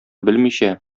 белмичә